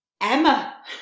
emma